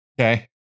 Okay